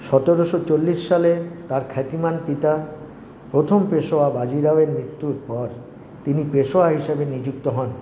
সতেরোশো চল্লিশ সালে তার খ্যাতিমান পিতা প্রথম পেশোয়া বাজিরাওয়ের মৃত্যুর পর তিনি পেশোয়া হিসেবে নিযুক্ত হন